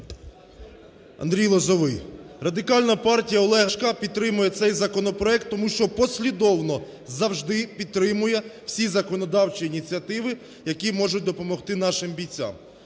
Андрій Лозовий. Радикальна партія Олега Ляшка підтримує цей законопроект, тому що послідовно завжди підтримує всі законодавчі ініціативи, які можуть допомогти нашим бійцям.